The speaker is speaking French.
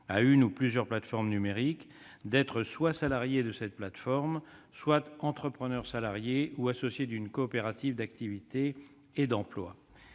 à une ou plusieurs plateformes numériques, d'être soit salariés de cette plateforme, soit entrepreneurs salariés ou associés d'une coopérative d'activité et d'emploi.